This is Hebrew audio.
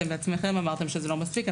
אתם בעצמכם אמרתם שזה לא מספיק.